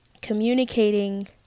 Communicating